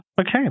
Okay